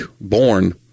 born